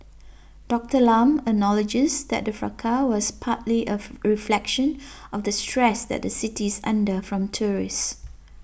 Doctor Lam acknowledges that the fracas was partly of reflection of the stress that the city is under from tourists